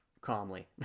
calmly